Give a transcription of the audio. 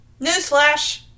Newsflash